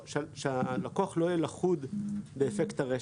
שהלקוח לא יהיה לכוד באפקט הרשת,